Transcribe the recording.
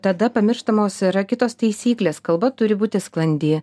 tada pamirštamos yra kitos taisyklės kalba turi būti sklandi